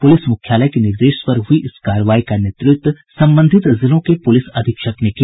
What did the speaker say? police मुख्यालय के निर्देश पर हुयी इस कार्रवाई का नेतृत्व संबंधित जिलों के पुलिस अधीक्षक ने किया